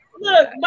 Look